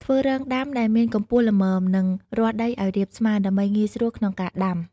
ធ្វើរងដាំដែលមានកម្ពស់ល្មម និងរាស់ដីឱ្យរាបស្មើ ដើម្បីងាយស្រួលក្នុងការដាំ។